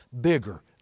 bigger